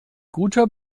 guter